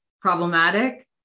problematic